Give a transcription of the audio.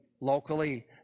locally